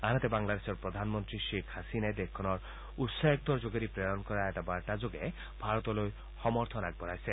আনহাতে বাংলাদেশৰ প্ৰধানমন্ত্ৰী শ্বেইখ হাছিনাই দেশখনৰ উচ্চায়ুক্তৰ যোগেদি প্ৰেৰণ কৰা এটা বাৰ্তা যোগে ভাৰতলৈ সমৰ্থন আগবঢ়াইছে